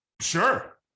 Sure